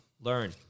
Learn